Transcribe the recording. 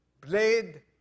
played